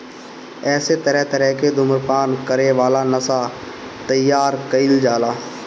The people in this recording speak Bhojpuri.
एसे तरह तरह के धुम्रपान करे वाला नशा तइयार कईल जाला